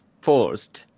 paused